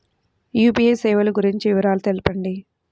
UPI సేవలు గురించి వివరాలు తెలుపండి?